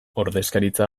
ordezkaritza